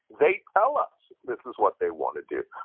they tell us this is what they want to do.